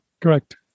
Correct